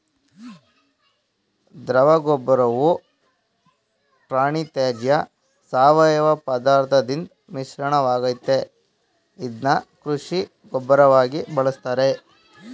ದ್ರವಗೊಬ್ಬರವು ಪ್ರಾಣಿತ್ಯಾಜ್ಯ ಸಾವಯವಪದಾರ್ಥದ್ ಮಿಶ್ರಣವಾಗಯ್ತೆ ಇದ್ನ ಕೃಷಿ ಗೊಬ್ಬರವಾಗಿ ಬಳುಸ್ತಾರೆ